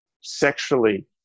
sexually